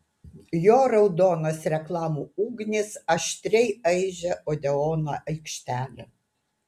jo raudonos reklamų ugnys aštriai aižė odeono aikštelę